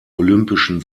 olympischen